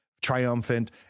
triumphant